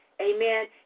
Amen